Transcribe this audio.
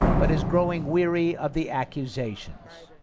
but is growing weary of the accusations.